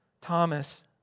Thomas